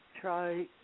Try